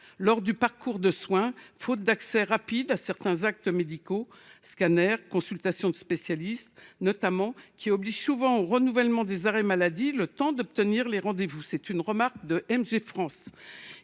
délais du parcours de soins, faute d’accès rapide à certains actes médicaux – scanners, consultations de spécialistes… –, qui oblige souvent au renouvellement des arrêts maladie le temps d’obtenir les rendez vous. Il serait ainsi